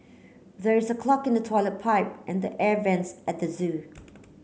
there is a clog in the toilet pipe and the air vents at zoo